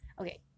Okay